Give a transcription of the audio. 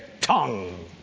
tongue